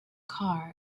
car